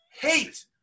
hate